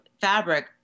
fabric